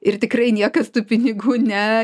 ir tikrai niekas tų pinigų ne